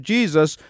Jesus